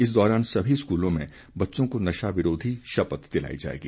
इस दौरान सभी स्कूलों में बच्चों को नशा विरोधी शपथ दिलाई जाएगी